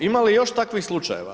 Ima li još takvih slučajeva?